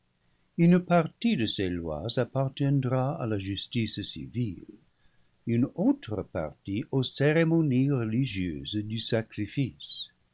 une partie de ces lois appartiendra à la jus tice civile une autre partie aux cérémonies religieuses du sacrifice